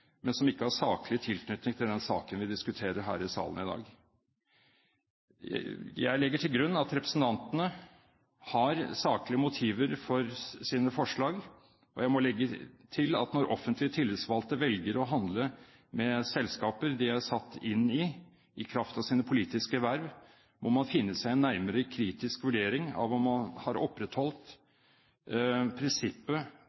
men som ikke har saklig tilknytning til den saken vi diskuterer her i salen i dag. Jeg legger til grunn at representantene har saklige motiver for sitt forslag. Jeg må legge til at når offentlig tillitsvalgte velger å handle med selskaper de er satt inn i i kraft av sine politiske verv, må man finne seg i en nærmere, kritisk vurdering av om man har